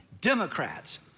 Democrats